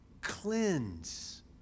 cleanse